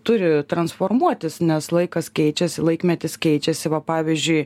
turi transformuotis nes laikas keičiasi laikmetis keičiasi va pavyzdžiui